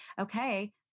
okay